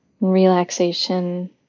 Relaxation